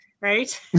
right